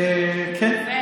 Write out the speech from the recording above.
יפה.